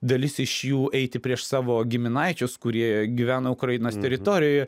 dalis iš jų eiti prieš savo giminaičius kurie gyvena ukrainos teritorijoje